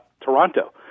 Toronto